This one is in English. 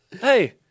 Hey